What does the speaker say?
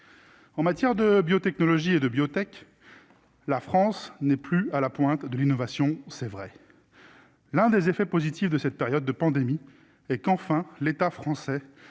en matière de biotechnologie et de biotech, la France n'est plus à la pointe de l'innovation, c'est vrai, l'un des effets positifs de cette période de pandémie et qu'enfin l'État français